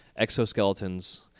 exoskeletons